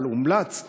אבל הומלץ,